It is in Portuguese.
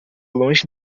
longe